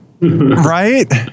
Right